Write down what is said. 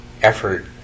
effort